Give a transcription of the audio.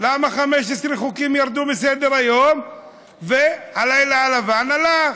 למה 15 חוקים ירדו מסדר-היום והלילה הלבן הלך,